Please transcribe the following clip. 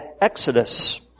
Exodus